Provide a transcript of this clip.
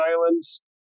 Islands